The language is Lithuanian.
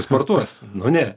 sportuos nu ne